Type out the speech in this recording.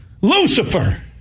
Lucifer